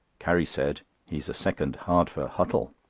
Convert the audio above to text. carrie said he is a second hardfur huttle.